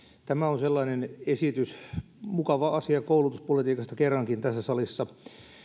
tämä on sellainen esitys mukava asia koulutuspolitiikasta kerrankin tässä salissa